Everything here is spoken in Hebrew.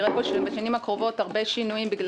ובשנים הקרובות נראה הרבה שינויים בשוק הזה כי